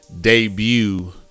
debut